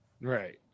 Right